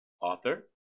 author